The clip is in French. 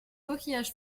coquillage